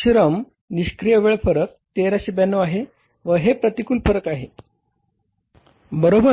श्रम निष्क्रिय वेळ फरक 1392 आहे व हे प्रतिकूल फरक आहे बरोबर